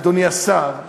אדוני השר,